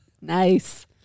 Nice